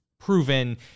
proven